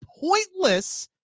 pointless